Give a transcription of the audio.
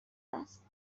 است